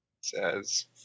says